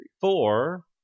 four